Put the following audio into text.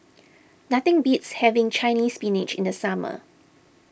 nothing beats having Chinese Spinach in the summer